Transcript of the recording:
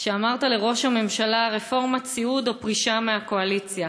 שאמרת לראש הממשלה: רפורמת סיעוד או פרישה מהקואליציה.